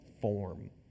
form